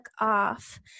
off